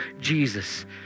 Jesus